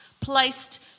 placed